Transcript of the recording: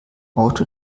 auto